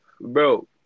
Bro